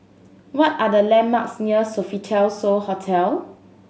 what are the landmarks near Sofitel So Hotel